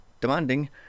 demanding